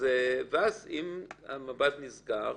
ואז אם המב"ד נסגר,